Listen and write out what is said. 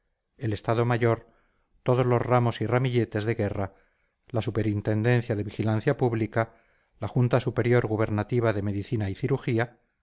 el estado mayor todos los ramos y ramilletes de guerra la superintendencia de vigilancia pública la junta superior gubernativa de medicina y cirugía